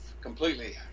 completely